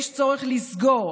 יש צורך לסגור,